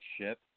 ship